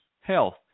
health